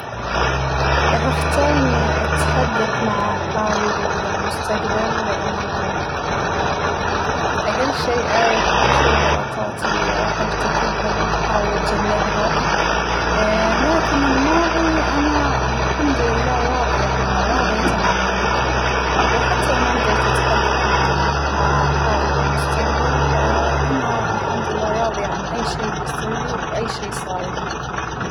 راح أختار إنى أتحدث مع حالى بالمستقبل لأنه أقل شى أعرف أش الغلطات اللى راح أرتكبها وأحاول أتجنبها ، لكن الماضى أنا الحمد لله راضية عنه راضية تمام الرضا، وحتى لو ما قدرت أتحدث مع حالى بالمستقبل فأنا الحمد لله راضى عن أى شى بيصيرلى وأى شى صار لى.